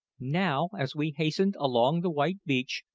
now as we hastened along the white beach,